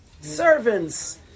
servants